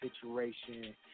situation